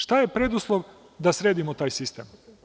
Šta je preduslov da sredimo taj sistem?